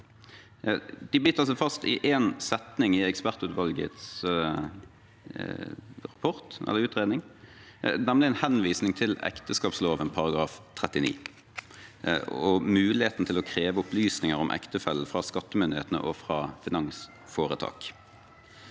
De biter seg fast i én setning i ekspertutvalgets utredning, nemlig en henvisning til ekteskapsloven § 39, om muligheten til å kreve opplysninger om ektefelle fra skattemyndighetene og fra finansforetak.